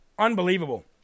unbelievable